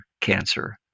cancer